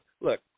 look